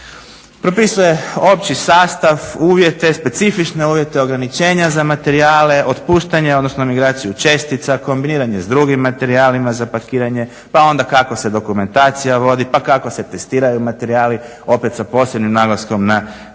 propisuje opći sastav, uvjete, specifične uvjete, ograničenja za materijale, otpuštanje odnosno migraciju čestica, kombiniranje s drugim materijalima za pakiranje, pa onda kako se dokumentacija vodi, pa kako se testiraju materijali, opet sa posebnim naglaskom na migraciju